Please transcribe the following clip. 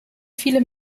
viele